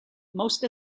most